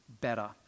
better